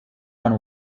one